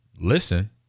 listen